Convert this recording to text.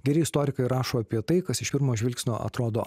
geri istorikai rašo apie tai kas iš pirmo žvilgsnio atrodo